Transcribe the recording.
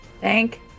Thank